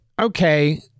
okay